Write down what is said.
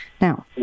Now